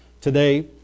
today